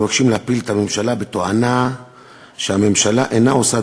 מבקשים להפיל את הממשלה בתואנה שהממשלה אינה עושה